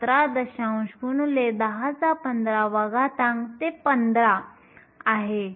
17 x 1015 ते 15 आहे